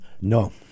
No